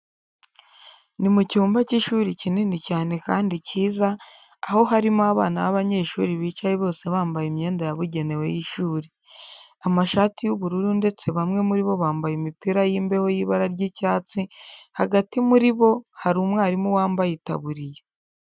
Ni mu cyumba cy'ishuri kinini cyane kandi cyiza, aho harimo abana b'abanyeshuri bicaye bose bambaye imyenda yabugenewe y'ishuri. Amashati y'ubururu ndetse bamwe muri bo bambaye imipira y'imbeho y'ibara ry'icyatsi, hagati muri bo hari umwarimu wambaye itaburiya.